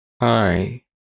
Hi